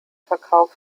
verkauf